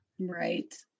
Right